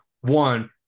one